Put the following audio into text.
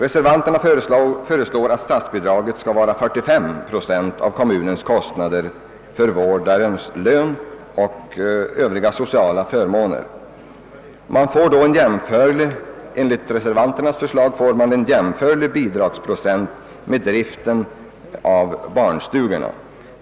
Reservanterna föreslår att statsbidraget skall vara 45 procent av kommunens kostnader för vårdarens lön och övriga sociala förmåner. Enligt reservanternas förslag får man en bidragsprocent som är jämförlig med den som utgår för driften av barnstugorna.